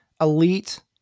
elite